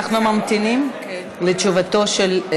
אנחנו ממתינים לתשובתו.